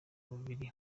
bari